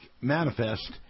manifest